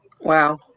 Wow